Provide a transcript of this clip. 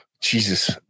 jesus